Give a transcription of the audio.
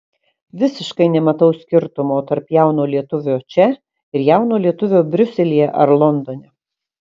visiškai nematau skirtumo tarp jauno lietuvio čia ir jauno lietuvio briuselyje ar londone